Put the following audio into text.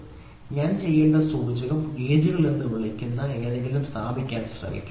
അതിനാൽ ഞാൻ ചെയ്യേണ്ട സൂചകം ഗേജുകൾ എന്ന് വിളിക്കുന്ന എന്തെങ്കിലും സ്ഥാപിക്കാൻ ഞാൻ ശ്രമിക്കും